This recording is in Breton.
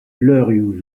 levrioù